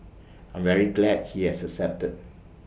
I'm very glad he has accepted